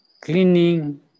cleaning